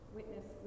witness